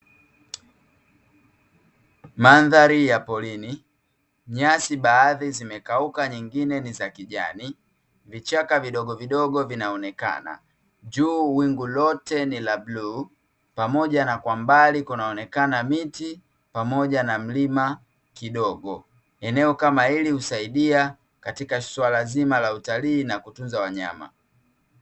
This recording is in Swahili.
Mandhari ya porini, nyasi baadhi zimekauka nyingine ni za kijani, vichaka vidogovidogo vinaonekana. Juu wingu lote ni la bluu pamoja na kwa mbali kunaonekana miti pamoja na mlima kidogo. Eneo kama hili husaidia katika suala zima la utalii na kutunza wanyama.